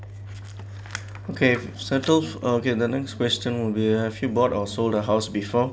okay settles okay the next question would be have you bought or sold a house before